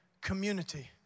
community